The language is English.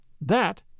That